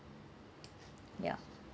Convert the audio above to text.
ya